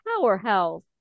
Powerhouse